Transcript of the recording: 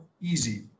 easy